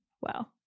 wow